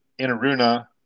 Inaruna